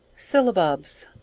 syllabubs.